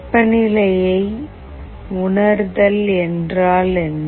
வெப்பநிலையை உணர்தல் என்றால் என்ன